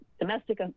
domestic